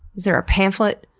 is there a pamphlet?